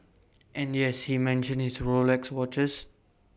and yes he mentions his Rolex watches